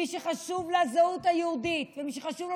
מי שחשובה לה הזהות היהודית ומי שחשוב לו